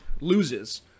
loses